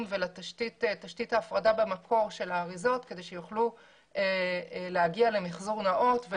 ולתשתית ההפרדה במקור של האריזות כדי שיוכלו להגיע למחזור נאות.